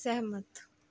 ਸਹਿਮਤ